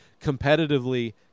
competitively